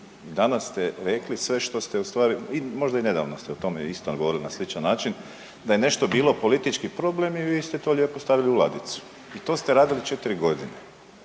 Danas ste rekli sve što ste ustvari i možda i nedavno ste o tome isto govorili na sličan način, da je nešto bilo politički problem i vi ste to lijepo stavili u ladicu i to ste radili 4 godine.